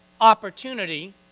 opportunity